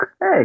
Hey